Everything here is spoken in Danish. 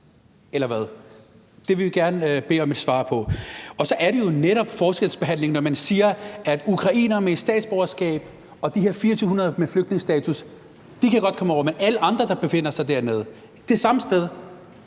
eller hvad? Det vil vi gerne bede om et svar på. Så vil jeg sige, at det jo netop er forskelsbehandling, når man siger, at ukrainere med et statsborgerskab og de her 2.400 med flygtningestatus godt kan komme over, mens reglerne ikke gælder for alle andre, som befinder sig dernede, det samme sted,